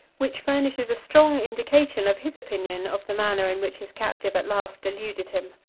which furnishes a strong indication of his opinion of the manner in which his captive at last eluded him.